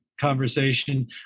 conversation